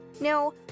no